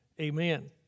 amen